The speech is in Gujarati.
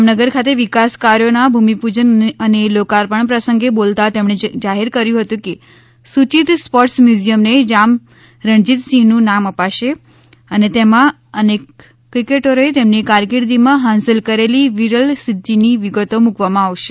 જામનગર ખાતે વિકાસ કાર્યોના ભૂમિપૂજન અને લોકાર્પણ પ્રસંગે બોલતા તેમણે જાહેર કર્યું હતું કે સૂચિત સ્પોર્ટ્સ મ્યુઝિયમને જામ રણજીત સિંહનું નામ અપાશે અને તેમાં અનેક ક્રિકેટરોએ તેમની કારકિર્દીમાં હાંસલ કરેલી વિરલ સિધ્ધીની વિગતો મૂકવામાં આવશે